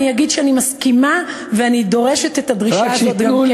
אני אגיד שאני מסכימה ואני דורשת את הדרישה הזאת גם כן.